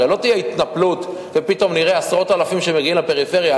הרי לא תהיה התנפלות ופתאום נראה עשרות אלפים שמגיעים לפריפריה.